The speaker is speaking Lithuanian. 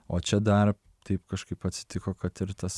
o čia dar taip kažkaip atsitiko kad ir tas